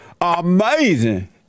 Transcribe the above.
Amazing